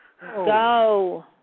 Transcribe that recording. Go